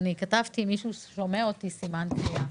והפעם כתבתי: מישהו שומע אותי, סימן קריאה.